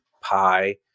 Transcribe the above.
pie